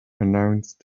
announced